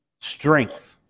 Strength